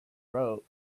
rote